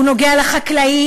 הוא נוגע לחקלאים,